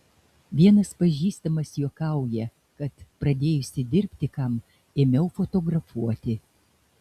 vienas pažįstamas juokauja kad pradėjusi dirbti kam ėmiau fotografuoti